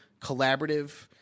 collaborative